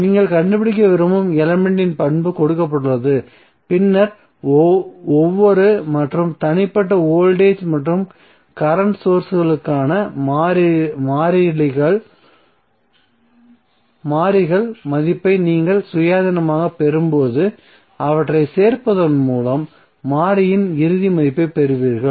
நீங்கள் கண்டுபிடிக்க விரும்பும் எலமென்ட் பண்பு கொடுக்கப்பட்டுள்ளது பின்னர் ஒவ்வொரு மற்றும் தனிப்பட்ட வோல்டேஜ் அல்லது கரண்ட் சோர்ஸ் ற்கான மாறிகள் மதிப்பை நீங்கள் சுயாதீனமாகப் பெறும்போது அவற்றைச் சேர்ப்பதன் மூலம் மாறியின் இறுதி மதிப்பைப் பெறுவீர்கள்